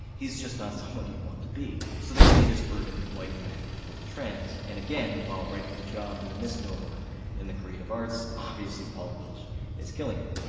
he's just not someone you'd want to be. so the creators burden white men with trent, and again, while right for the job is a misnomer in the creative arts, obviously paul welsh is killing it.